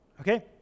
okay